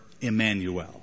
Emmanuel